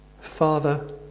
Father